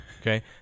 Okay